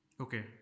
Okay